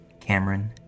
Cameron